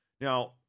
Now